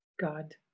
God